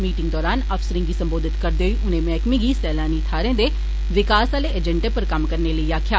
meeting दौरान अफसरें गी संबोधित करदे होई उनें मैह्कमे गी सैलानी थाहरें दे विकास आहले एजेंडे पर कम्म करने लेई आखेआ